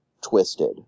twisted